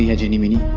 yeah genie meanie.